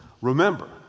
Remember